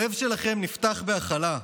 הלב שלכם נפתח בהכלה?